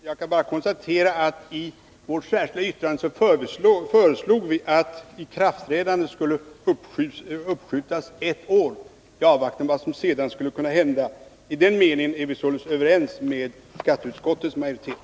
Herr talman! Jag kan bara konstatera att vi i vårt särskilda yttrande föreslog att ikraftträdandet skulle uppskjutas ett år i avvaktan på vad som sedan skulle hända. I den meningen är vi således överens med skatteutskottets majoritet.